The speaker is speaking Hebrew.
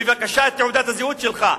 בבקשה, את תעודת הזהות שלך.